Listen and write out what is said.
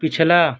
پِچھلا